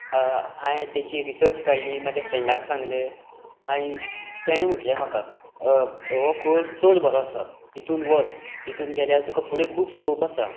हांवें ताची रिसर्च काडली म्हज्या फ्रेंडाक सांगलें आनी ताणें म्हणलें म्हाका हो कोर्स चड बरो आसा हातूंत वच हातूंत गेल्यार तुका फुडें खूब स्कॉप आसा